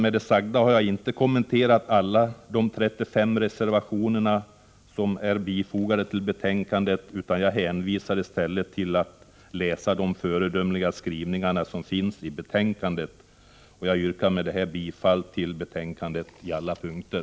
Med det sagda har jag inte kommenterat alla de 35 reservationer som är fogade till betänkandet, utan jag hänvisar i stället till de föredömliga skrivningar som står att läsa i betänkandet. Jag yrkar bifall till utskottets hemställan på alla punkter.